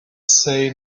say